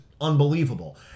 unbelievable